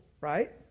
right